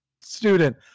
student